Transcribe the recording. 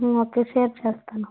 okay share చేస్తాను